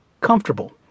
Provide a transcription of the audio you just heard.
comfortable